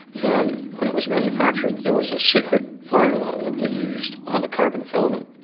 and when it was manufactured, it was a secret formula that they used on the carbon filament.